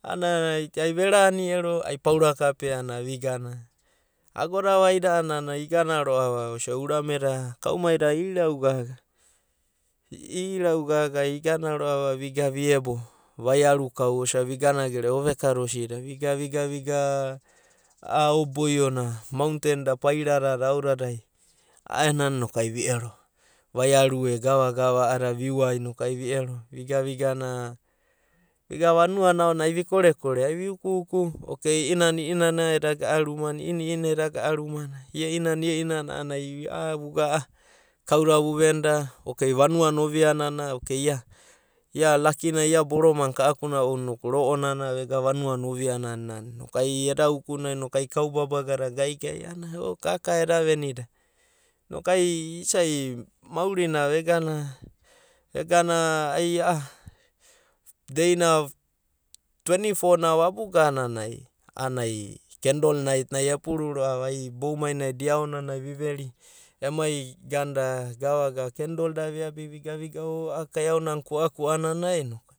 ka ive vaia, ai verani ero paura kapea na viva vaia, ago da vaida a’anana igana roa’va oisa’aku urame da kau mai da inau gaga iraru gaga vigana viebo vaia ru kau vigan gerea oveka da asida vigana vigane a’a ao boio na, a’a mautain da paira dada, a’adada roku a’a nana ai viero, vaiaru ana, gava gava viua noku viero. Vigana vanua na aonanai noku ai vikore kone, ai viuku rida, a’ababa vegana a’a ruma na, i’irana vegana a’a ruma nai. Ia inana inana a’anana vegana a’a kaude uvenida ok vanuana a’anana noku ia lakinai bromana ka’akune va noku ai ega ouiana ro’onana vegana vanuana ovia nana abanana. Kau babaga da a’anana vuisa ana vu’ukunia vu venia venia. Isai mauri na vegana, vegana ai a’a deina venuai tweni foa na vabuga nana a’anana kendol nait na, emai kendol da vigana vigana gerea ainida.